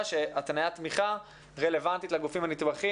שהתניית תמיכה רלוונטית לגופים הנתמכים.